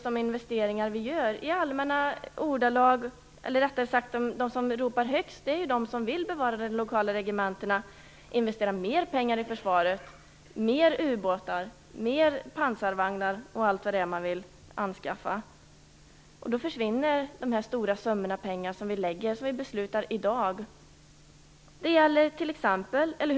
De som ropar högst är ju de som vill bevara de lokala regementena, investera mer pengar i försvaret, ha mer ubåtar, pansarvagnar och allt vad det är man vill anskaffa. I detta försvinner de stora summor med pengar som vi beslutar om i dag.